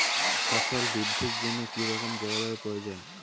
ফসল বৃদ্ধির জন্য কী রকম জলবায়ু প্রয়োজন?